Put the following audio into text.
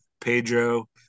Pedro